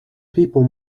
people